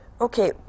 Okay